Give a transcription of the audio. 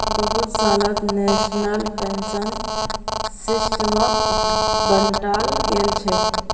बहुत सालत national pension सिस्टमक बंटाल गेलछेक